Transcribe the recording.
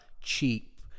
cheap